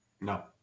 No